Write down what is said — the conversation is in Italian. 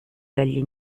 dagli